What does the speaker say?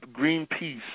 Greenpeace